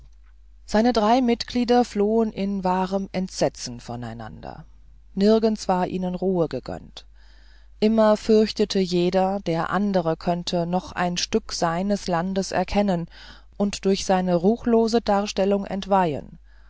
seine drei mitglieder flohen in wahrem entsetzen von einander nirgends war ihnen ruhe gewährt immer fürchtete jeder der andere könnte noch ein stück seines landes erkennen und durch seine ruchlose darstellung entweihen